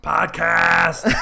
Podcast